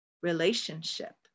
relationship